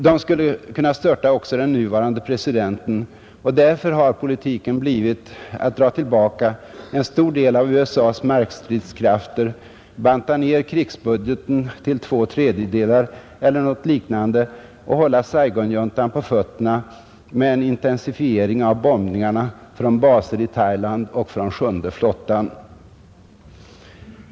De skulle kunna störta också den nuvarande presidenten, och därför har politiken blivit att dra tillbaka en stor del av USA:s markstridskrafter, banta ner krigsbudgeten till två tredjedelar eller något liknande och hålla Saigonjuntan på fötterna med en intensifiering av bombningarna från baser i Thailand och från Sjunde flottan.